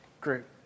group